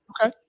Okay